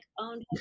owned